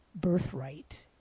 birthright